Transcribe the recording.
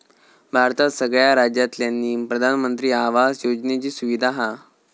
भारतात सगळ्या राज्यांतल्यानी प्रधानमंत्री आवास योजनेची सुविधा हा